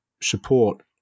support